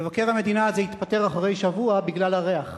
מבקר המדינה הזה התפטר אחרי שבוע, בגלל הריח.